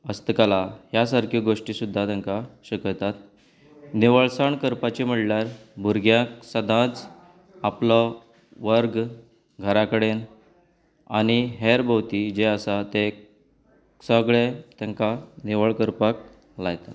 हस्तकला ह्या सारक्यो गोश्टी सुद्दां तांकां शिकयतात निवळसाण करपाची म्हणल्यार भुरग्यांक सदांच आपलो वर्ग घरा कडेन आनी हेर भोंवतणी जें आसा तें सगलें तांकां निवळ करपाक लायतात